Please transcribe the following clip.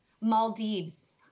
Maldives